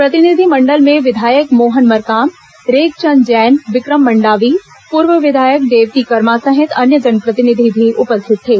प्रतिनिधि मंडल में विधायक मोहन मरकाम रेखचन्द जैन विक्रम मंडावी पूर्व विधायक देवती कर्मा सहित अन्य जनप्रतिनिधि भी उपस्थित थे